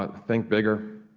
think bigger.